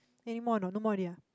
anymore or not no more already ah